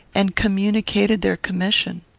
and communicated their commission.